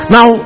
Now